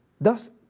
Thus